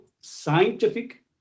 scientific